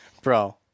Bro